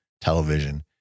television